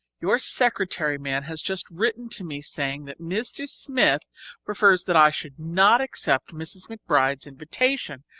your secretary man has just written to me saying that mr. smith prefers that i should not accept mrs. mcbride's invitation,